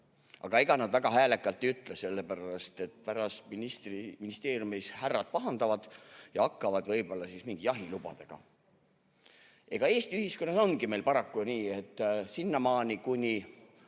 aga ega nad väga häälekalt ei ütle, sellepärast et pärast ministeeriumis härrad pahandavad ja hakkavad võib-olla jahilubadega [jantima]. Eesti ühiskonnas ongi meil paraku nii, et sinnamaani, kuni